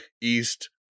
east